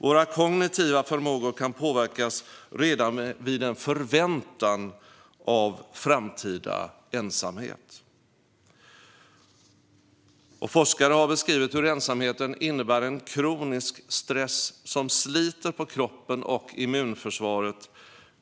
Våra kognitiva förmågor kan påverkas redan vid en förväntan om framtida ensamhet. Forskare har beskrivit att ensamheten innebär en kronisk stress som sliter på kroppen och immunförsvaret.